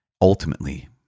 Ultimately